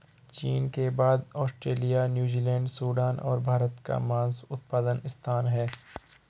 चीन के बाद ऑस्ट्रेलिया, न्यूजीलैंड, सूडान और भारत का मांस उत्पादन स्थान है